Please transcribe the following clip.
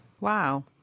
Wow